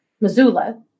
Missoula